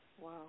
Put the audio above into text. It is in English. Wow